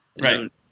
right